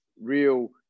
real